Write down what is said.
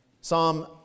Psalm